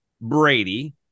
Brady